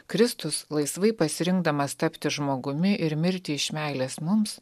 kristus laisvai pasirinkdamas tapti žmogumi ir mirti iš meilės mums